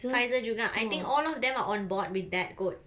Pfizer juga I think all of them are on board with that kot